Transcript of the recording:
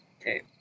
Okay